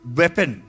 weapon